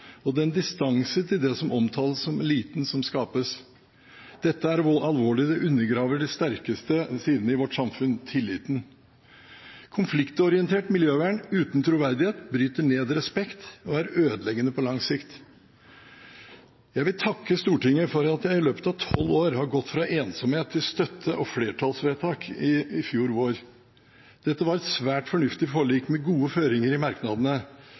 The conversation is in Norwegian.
og den distansen til det som omtales som «eliten», som skapes. Dette er alvorlig. Det undergraver den sterkeste siden i vårt samfunn: tilliten. Konfliktorientert miljøvern uten troverdighet bryter ned respekt og er ødeleggende på lang sikt. Jeg vil takke Stortinget for at jeg i løpet av tolv år har gått fra ensomhet til støtte og flertallsvedtak i fjor vår. Dette var et svært fornuftig forlik med gode føringer i merknadene,